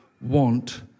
want